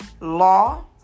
law